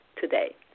today